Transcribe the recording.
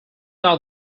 now